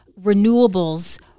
renewables